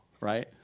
right